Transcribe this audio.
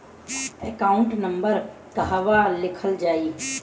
Account number कहवा लिखल जाइ?